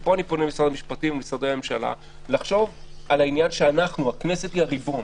ופה אני פונה למשרד המשפטים ומשרדי הממשלה שהכנסת היא הריבון,